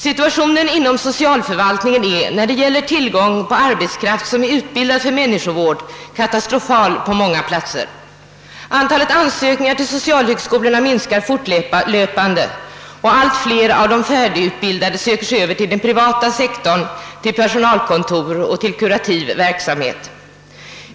Situationen inom socialförvaltningen är när det gäller tillgång på arbetskraft som är utbildad för människovård katastrofal på många platser. Antalet ansökningar till socialhögskolorna minskar fortlöpande, och allt fler av de färdigutbildade söker sig över till den privata sektorn, till personalkontor och kurativ verksamhet.